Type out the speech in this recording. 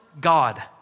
God